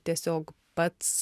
tiesiog pats